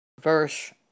verse